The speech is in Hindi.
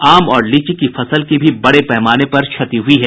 आम और लीची की फसल की भी बड़े पैमाने पर क्षति हुई है